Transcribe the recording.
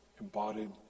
embodied